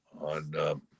on